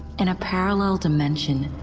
in a parallel dimension,